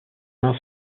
main